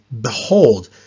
Behold